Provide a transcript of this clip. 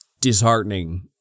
disheartening